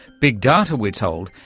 big data, we're told,